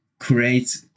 create